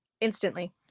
Instantly